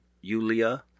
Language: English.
Yulia